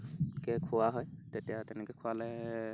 কে খোওৱা হয় তেতিয়া তেনেকৈ খুৱালে